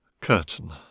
Curtain